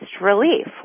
relief